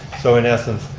so in essence,